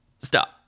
stop